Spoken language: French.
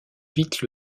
vite